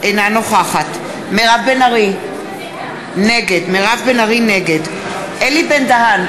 אינה נוכחת מירב בן ארי, נגד אלי בן-דהן,